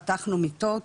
פתחנו מיטות